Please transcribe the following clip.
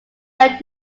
brent